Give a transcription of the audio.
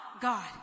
God